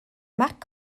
mark